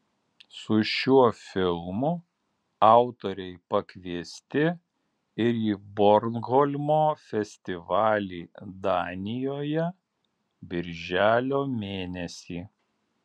su šiuo filmu autoriai pakviesti ir į bornholmo festivalį danijoje birželio mėnesį